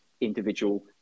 individual